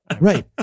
Right